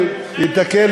ייתקל